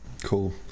Cool